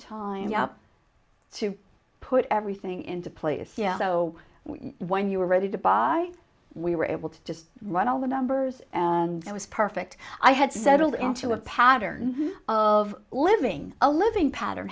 time to put everything into place so when you were ready to buy we were able to just run all the numbers and it was perfect i had settled into a pattern of living a living pattern